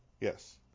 Yes